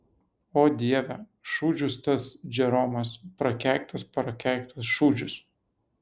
o dieve šūdžius tas džeromas prakeiktas prakeiktas šūdžius